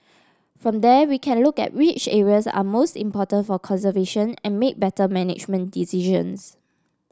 from there we can look at which areas are most important for conservation and make better management decisions